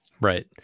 right